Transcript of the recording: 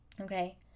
Okay